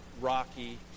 rocky